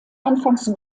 anfangs